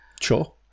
Sure